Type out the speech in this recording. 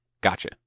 gotcha